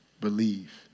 believe